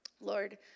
Lord